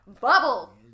Bubble